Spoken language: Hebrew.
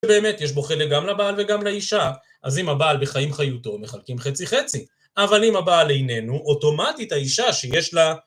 ובאמת, יש בו חלק גם לבעל וגם לאישה, אז אם הבעל בחיים חיותו מחלקים חצי-חצי, אבל אם הבעל איננו, אוטומטית האישה שיש לה...